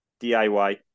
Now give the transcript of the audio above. DIY